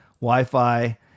Wi-Fi